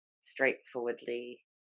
straightforwardly